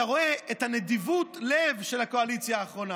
אתה רואה את נדיבות הלב של הקואליציה האחרונה.